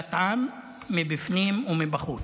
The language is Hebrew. להשמדת עם מבפנים ובחוץ,